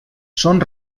són